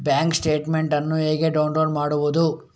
Bank statement ಅನ್ನು ಹೇಗೆ download ಮಾಡುವುದು?